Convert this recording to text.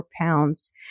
pounds